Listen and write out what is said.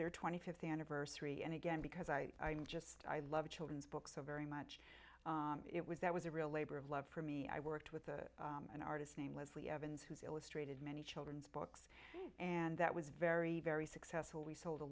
their twenty fifth anniversary and again because i just i love children's books so very much it was that was a real labor of love for me i worked with the an artist name was lee evans who's illustrated many children's books and that was very very successful we sold a